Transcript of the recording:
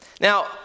Now